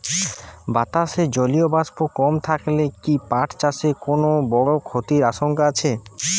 বাতাসে জলীয় বাষ্প কম থাকলে কি পাট চাষে কোনো বড় ক্ষতির আশঙ্কা আছে?